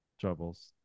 troubles